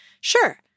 Sure